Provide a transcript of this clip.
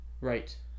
Right